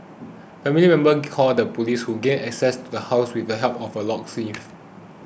family members called the police who gained access to the house with the help of a locksmith